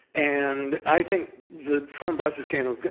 and i think the trump-russia scandal,